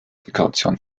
dekoration